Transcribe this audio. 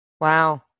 Wow